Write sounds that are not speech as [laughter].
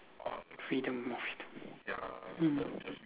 freedom more freedom [noise] mm